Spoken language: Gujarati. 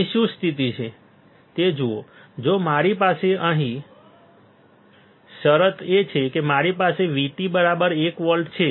અહીં શું સ્થિતિ છે તે જુઓ જો મારી પાસે અહીં શરત છે કે મારી પાસે VT 1 વોલ્ટ છે